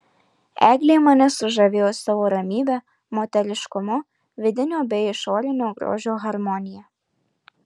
eglė mane sužavėjo savo ramybe moteriškumu vidinio bei išorinio grožio harmonija